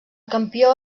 campió